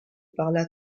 parla